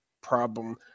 problem